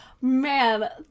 Man